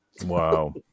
Wow